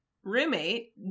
roommate